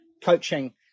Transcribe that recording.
coaching